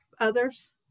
others